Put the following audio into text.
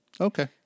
Okay